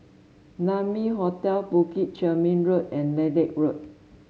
Naumi Hotel Bukit Chermin Road and Lilac Road